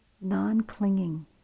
Non-clinging